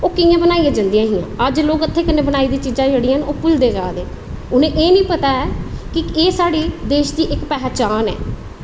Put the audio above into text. ओह् कियां बनाई जंदियां हियां अज्ज लोग जेह्ड़ी हत्थें कन्नै चीज़ा बनाई दियां ओह् भुल्लदे जा दे न उनें ई एह् निं पता ऐ की एह् साढ़े देश दी इक्क पहचान ऐ